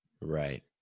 Right